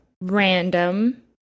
random